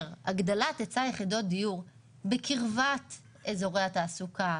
הגדלת היצע יחידות דיור בקרבת אזורי התעסוקה,